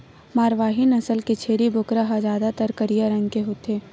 मारवारी नसल के छेरी बोकरा ह जादातर करिया रंग के होथे